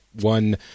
one